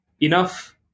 enough